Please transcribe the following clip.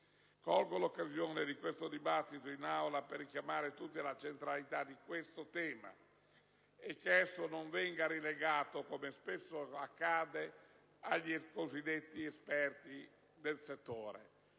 colgo l'occasione di questo dibattito in Aula per richiamare tutti alla centralità di questo tema, perché esso non venga relegato, come spesso accade, ai cosiddetti esperti del settore.